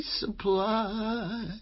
supply